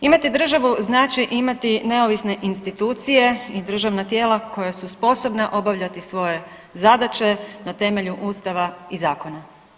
Imati državu znači imati neovisne institucije i državna tijela koja su sposobna obavljati svoje zadaće na temelju Ustava i zakona.